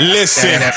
Listen